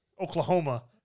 Oklahoma